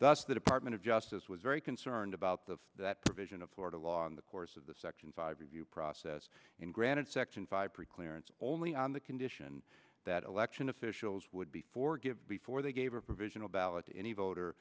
that's the department of justice was very concerned about the that provision of florida law in the course of the section five review process and granted section five pre clearance only on the condition that election officials would be forgive before they gave a provisional ballot to any voter